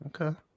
Okay